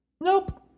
Nope